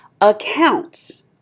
accounts